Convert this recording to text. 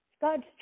God's